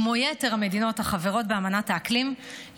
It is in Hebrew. כמו יתר המדינות החברות באמנת האקלים,